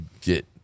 get